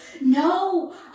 no